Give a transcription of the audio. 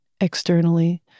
externally